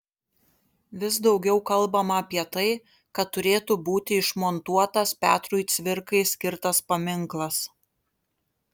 vis daugiau kalbama apie tai kad turėtų būti išmontuotas petrui cvirkai skirtas paminklas